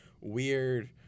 weird